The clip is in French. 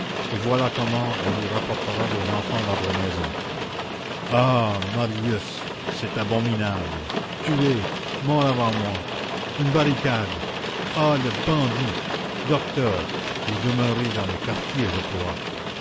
et voilà comment on vous rapportera vos enfants dans vos maisons ah marius c'est abominable tué mort avant moi une barricade ah le bandit docteur vous demeurez dans le quartier je crois